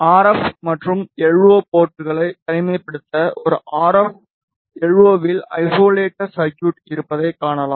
R F மற்றும் L O போர்ட்களை தனிமைப்படுத்த ஒரு ஆர் எப் எல்ஓவில் ஐசோலேட்டர் சர்குய்ட் இருப்பதை காணலாம்